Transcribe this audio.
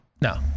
no